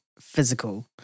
physical